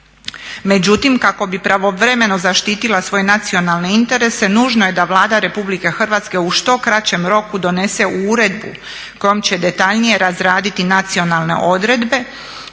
Međutim, kako bi pravovremeno zaštitila svoje nacionalne interese nužno je da Vlada Republike Hrvatske u što kraćem roku donese uredbu kojom će detaljnije razraditi nacionalne odredbe